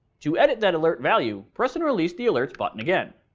to edit that alert value press and release the alerts button again,